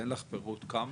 אין לך פירוט כמה?